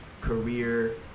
career